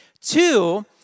Two